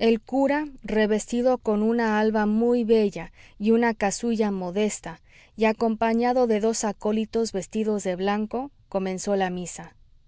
el cura revestido con una alba muy bella y una casulla modesta y acompañado de dos acólitos vestidos de blanco comenzó la misa